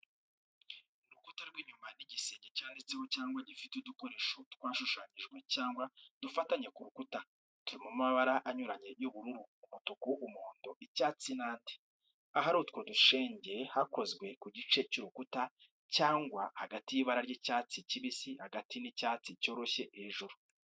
Urukuta rw’inyuma n’igisenge cyanditseho cyangwa gifite udukoresho twashushanyijwe cyangwa dufatanye ku rukuta, turi mu mabara anyuranye nk'ubururu, umutuku, umuhondo, icyatsi n’andi. Ahari utwo dushege hakozwe ku gice cy’urukuta cyafashwe hagati y’ibara ry’icyatsi kibisi hagati n’icyatsi cyoroshye hejuru.